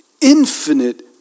Infinite